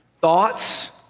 Thoughts